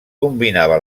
combinava